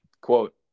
Quote